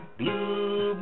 blue